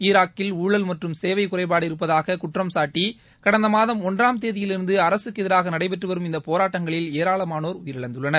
ஈராக்கில் ஊழல் மற்றும் சேவைக் குறைபாடு இருப்பதாக குற்றம் சாட்டி கடந்த மாதம் ஒன்றாம் தேதியிலிருந்து அரசுக்கு எதிராக நடைபெற்று வரும் இந்தப் போராட்டங்களில் ஏராளமானோர் உயிரிழந்துள்ளனர்